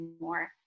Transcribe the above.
more